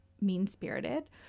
mean-spirited